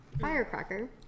firecracker